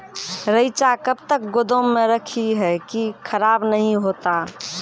रईचा कब तक गोदाम मे रखी है की खराब नहीं होता?